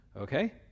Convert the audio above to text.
Okay